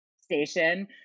station